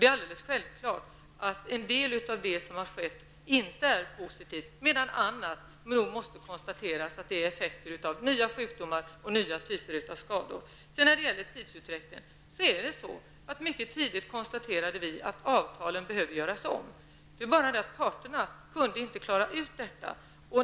Det är självklart att en del av det som har skett inte är positivt, samtidigt som annat kan konstateras vara effekter av nya sjukdomar och nya typer av skador. Vi konstaterade mycket tidigt att avtalen måste göras om. Men parterna kunde inte klara ut detta.